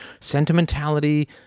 sentimentality